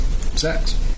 sex